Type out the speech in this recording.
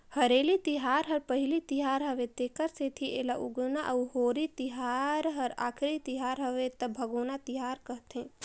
हरेली तिहार हर पहिली तिहार हवे तेखर सेंथी एला उगोना अउ होरी तिहार हर आखरी तिहर हवे त भागोना तिहार कहथें